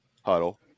huddle